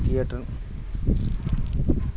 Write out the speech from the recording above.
പിന്നെ റെയിൽവേ സ്റ്റേഷനടുത്ത് ദീപ്തി തിയേറ്റർ